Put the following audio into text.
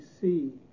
see